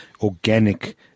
organic